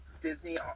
disney